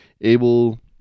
able